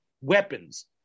weapons